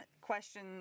question